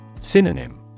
Synonym